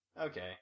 Okay